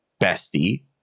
bestie